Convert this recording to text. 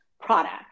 product